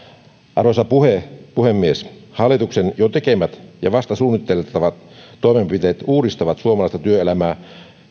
arvoisa puhemies puhemies hallituksen jo tekemät ja vasta suunniteltavat toimenpiteet uudistavat suomalaista työelämää